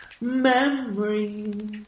Memories